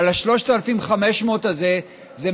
אבל ה-3,500 האלה,